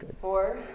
Four